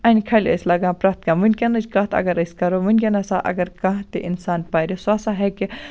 اَنہِ کھَلہٕ ٲسۍ لَگان پرٛتھ کانٛہہ وُنکیٚنٕچ کتھ اَگَر أسۍ کَرَو وُِنکیٚنَس ہسا اَگَر کانٛہہ تہِ اِنسان پَرِ سُہ ہَسا ہیٚکہِ